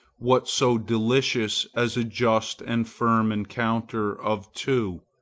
what so delicious as a just and firm encounter of two,